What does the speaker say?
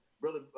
Brother